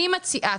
אני מציעה,